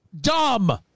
Dumb